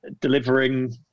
delivering